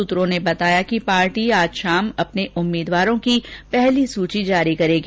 सूत्रों ने बताया कि पार्टी आज शाम अपने उम्मीदवारों की पहली सूची जारी करेगी